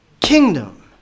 kingdom